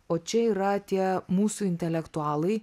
o čia yra tie mūsų intelektualai